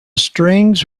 strings